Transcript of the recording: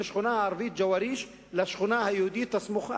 השכונה הערבית ג'ואריש לשכונה היהודית הסמוכה.